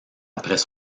après